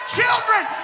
children